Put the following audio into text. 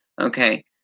Okay